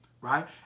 right